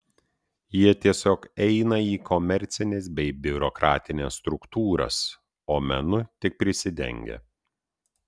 jie tiesiog eina į komercines bei biurokratines struktūras o menu tik prisidengia